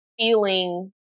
feeling